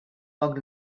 poc